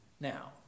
Now